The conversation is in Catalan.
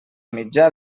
mitjà